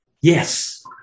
Yes